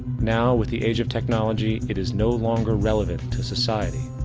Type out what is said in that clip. now, with the age of technology, it is no longer relevant to society.